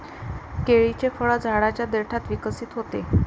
केळीचे फळ झाडाच्या देठात विकसित होते